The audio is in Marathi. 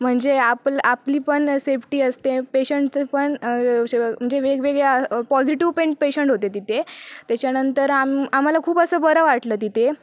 म्हणजे आप आपली पण सेफ्टी असते पेशंटचं पण म्हणजे वेगवेगळ्या पॉझिटिव्ह पण पेशंट होते तिथे त्याच्यानंतर आम आम्हाला खूप असं बरं वाटलं तिथे